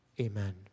Amen